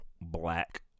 Black